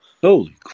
Holy